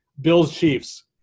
Bills-Chiefs